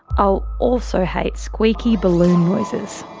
i also hate squeaky balloon noises.